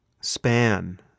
span